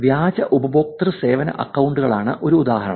വ്യാജ ഉപഭോക്തൃ സേവന അക്കൌണ്ടുകളാണ് ഒരു ഉദാഹരണം